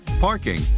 parking